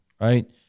right